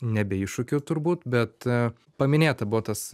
ne be iššūkių turbūt bet paminėta buvo tas